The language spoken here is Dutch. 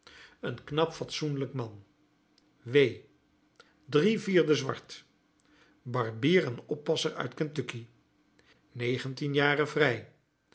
een knap fatsoenlijk man w drie vierde zwart barbier en oppasser uit kentucky negentien jaren vrij